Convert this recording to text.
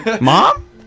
Mom